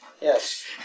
Yes